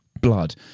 blood